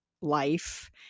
life